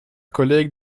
collègues